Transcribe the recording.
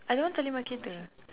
I don't want telemarketer